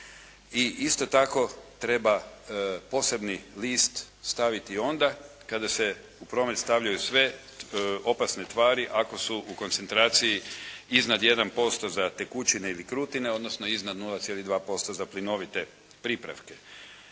i isto tako treba posebni list staviti onda kada se u promet stavljaju sve opasne tvari ako su u koncentraciji iznad 1% za tekućine ili krutine, odnosno iznad 0,2% za plinovite pripravke.